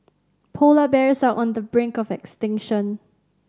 polar bears are on the brink of extinction